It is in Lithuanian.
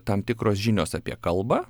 tam tikros žinios apie kalbą